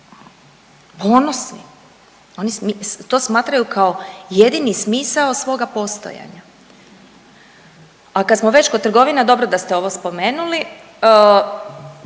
ponosni. Oni to smatramo kao jedini smisao svoga postojanja. A kada smo već kod trgovina dobro da ste ovo spomenuli.